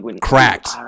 Cracked